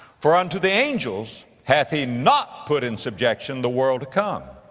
for unto the angels hath he not put in subjection the world to come,